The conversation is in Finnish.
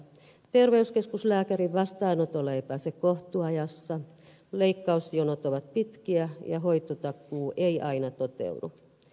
terveyskeskuslääkärin vastaanotolle ei pääse kohtuuajassa leikkausjonot ovat pitkiä ja hoitotakuu ei aina toteudu